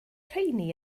rheiny